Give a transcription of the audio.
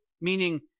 meaning